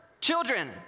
Children